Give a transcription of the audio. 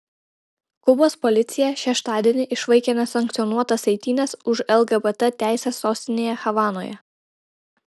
kubos policija šeštadienį išvaikė nesankcionuotas eitynes už lgbt teises sostinėje havanoje